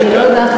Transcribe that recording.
אני לא יודעת,